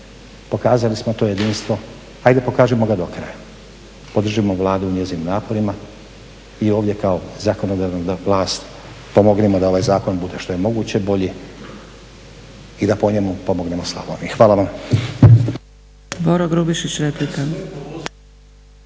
pokazali smo to jedinstvo. Hajde pokažimo ga do kraja, podržimo Vladu u njezinim naporima i ovdje kao zakonodavna vlast pomognimo da ovaj zakon bude što je moguće bolji i da po njemu pomognemo Slavoniji. Hvala vam.